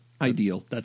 ideal